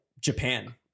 Japan